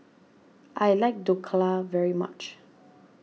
I like Dhokla very much